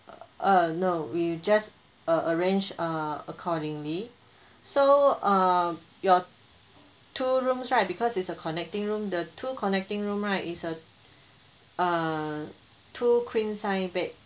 err uh no we just err arrange err accordingly so um your two rooms right because it's a connecting room the two connecting room right it's a err two queen size bed